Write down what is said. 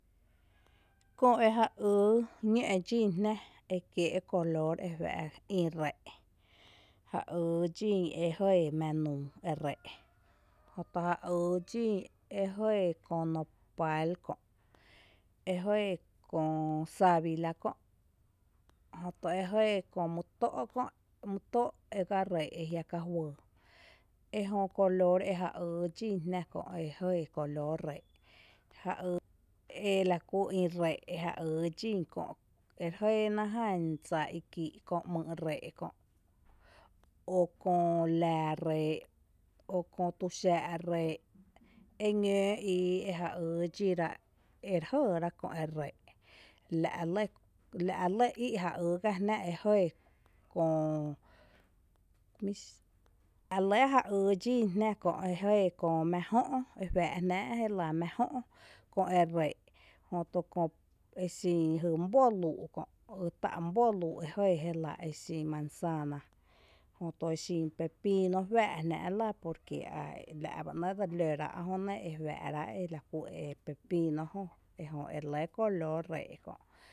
Köö e ja ýý ñǿ’ dxín jná ekiée’ e color e juⱥ’ ï ree’ ja yy dxín e jɇɇ mⱥⱥ nuu e ree’, jötu ja yy dxín e jɇɇ köö nopál kö’ e jɇɇ köö sávila kö’, jötu e jɇɇ köö mý tó’ kö’ mý tó’ ega ree’ eajia’ ka juyy, ejö color e ja ýy dxín jnⱥ kö’ e jɇɇ color ree’, ela kú ï ree’ ja ýy dxín kö’ ere jɇɇ ná jan dsa i kii’ koo ‘myy’ ree’ kö’ o köö laa ree’ o köö tuxaa’ ree’ eñǿǿ ii e ja ýy dxíra ere jɇɇ köö e ree’ la’ lɇ, la’ lɇ í’ ja yy kiaa jná e jɇɇ köö jmí la lɇ e ja ýy dxín jná kö’ e jɇɇköö mⱥ jö’, e juaa’ jná’a’ jela mⱥ jö’ köö eree’ jötu köö exin jy mý bóluu’ kö’ jy tá’ mý bóluu’ e jɇɇ jé la exin manzáana, jötu exin pepíino juaa’ jnáa’ la porque la’ bá ‘née’ dse li lǿ ráa’ jö ne e la kú e juⱥⱥ’ ráa’ pepíino jö. Ejö ere lɇ color ree’ kö’